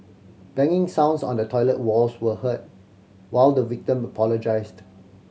banging sounds on the toilet walls were heard while the victim apologised